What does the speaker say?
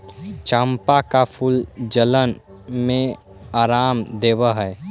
चंपा का फूल जलन में आराम देवअ हई